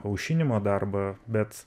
aušinimo darbą bet